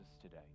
today